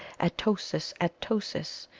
at-o-sis! at-o-sis!